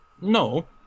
No